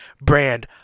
brand